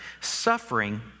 suffering